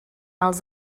els